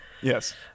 Yes